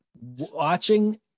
watching